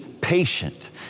patient